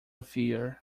fear